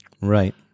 Right